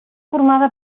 formada